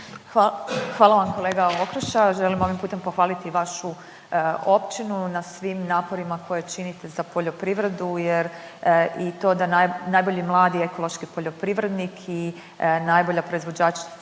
Hvala vam kolega Okroša. Moram pohvaliti vašu općinu na svim naporima koje činite za poljoprivredu, jer i to da najbolji mladi ekološki poljoprivrednik i najbolja proizvođačica